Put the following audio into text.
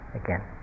again